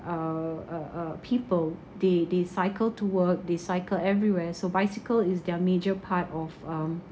uh uh uh people they they cycle to work they cycle everywhere so bicycle is their major part of um